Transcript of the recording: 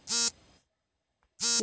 KYC ಯ ಪ್ರಕಾರಗಳು ಯಾವುವು?